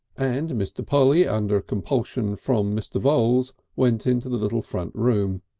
and mr. polly under compulsion from mr. voules went into the little front room.